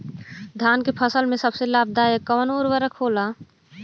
धान के फसल में सबसे लाभ दायक कवन उर्वरक होला?